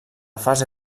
fase